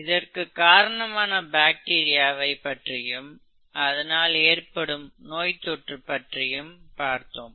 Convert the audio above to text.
இதற்கு காரணமான பாக்டீரியாவை பற்றியும் அதனால் ஏற்படும் நோய்தொற்று பற்றியும் பார்த்தோம்